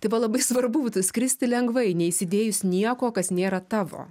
tai va labai svarbu būtų skristi lengvai neįsidėjus nieko kas nėra tavo